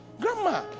grandma